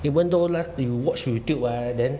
even though la~ you watch YouTube ah then